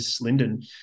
Linden